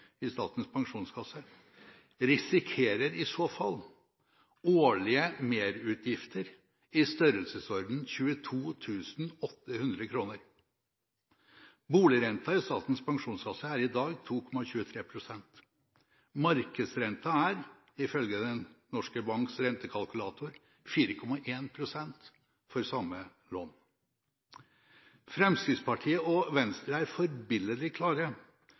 i Statens Pensjonskasse risikerer i så fall årlige merutgifter i størrelsesorden 22 800 kr. Boligrenten i Statens Pensjonskasse er i dag 2,23 pst. Markedsrenten er, ifølge DNBs rentekalkulator, 4,1 pst. for samme lån. Fremskrittspartiet og Venstre er forbilledlig klare